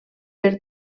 per